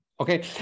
Okay